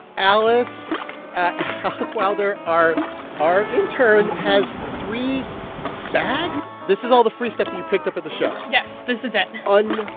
alice alice wilder, our our intern, has three bags. this is all the free stuff you picked up at the show yes. this is it and and